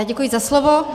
Děkuji za slovo.